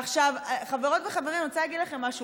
עכשיו, חברות וחברות, אני רוצה להגיד לכם משהו.